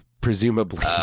presumably